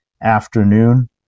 afternoon